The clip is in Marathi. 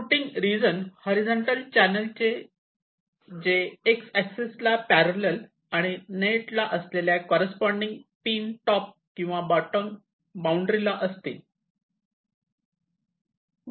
रुटींग रीजन हॉरीझॉन्टल चॅनल जे एक्स एक्सेस ला पॅररल आणि नेट ला असलेल्या कॉररेस्पॉन्डिन्गली पिन टॉप किंवा बॉटम बाउंड्री ला असतील